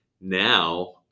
now